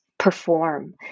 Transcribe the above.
perform